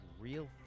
real